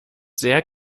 sehr